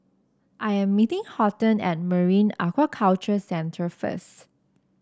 I am meeting Horton at Marine Aquaculture Centre first